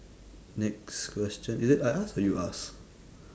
next question is it I ask or you ask